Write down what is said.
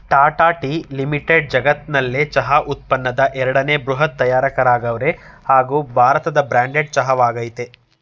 Tata tea limited ಜಗತ್ನಲ್ಲೆ ಚಹಾ ಉತ್ಪನ್ನದ್ ಎರಡನೇ ಬೃಹತ್ ತಯಾರಕರಾಗವ್ರೆ ಹಾಗೂ ಭಾರತದ ಬ್ರ್ಯಾಂಡೆಡ್ ಚಹಾ ವಾಗಯ್ತೆ